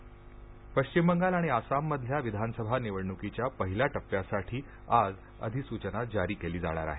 विधानसभा अधिसचना पश्चिम बंगाल आणि आसाममधल्या विधानसभा निवडणुकीच्या पहिल्या टप्प्यासाठी आज अधिसूचना जारी केली जाणार आहे